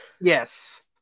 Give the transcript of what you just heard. Yes